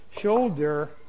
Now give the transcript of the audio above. shoulder